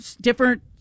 different